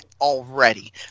already